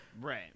Right